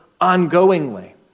ongoingly